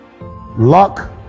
luck